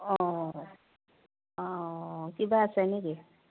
অঁ অঁ কিবা আছে নেকি